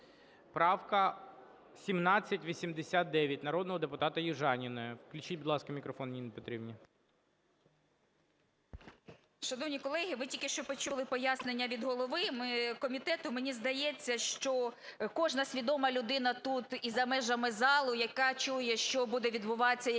Правка 1789, народного депутата Южаніної. Включіть, будь ласка, мікрофон Ніні Петрівні. 12:45:18 ЮЖАНІНА Н.П. Шановні колеги, ви тільки що почули пояснення від голови комітету. Мені здається, що кожна свідома людина тут і за межами залу, яка чує, що буде відбуватися, які